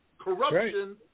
corruption